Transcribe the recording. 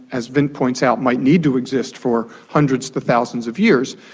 as vint points out, might need to exist for hundreds to thousands of years,